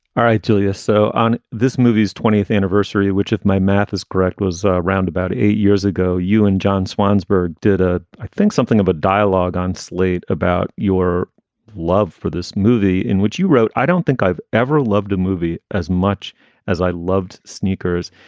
all right, julia. so on this movie's twentieth anniversary, which, if my math is correct, was around about eight years ago, you and john swansburg did a i think something of a dialogue on slate about your love for this movie in which you wrote. i don't think i've ever loved a movie as much as i loved sneakers.